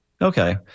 Okay